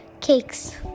cakes